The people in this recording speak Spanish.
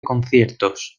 conciertos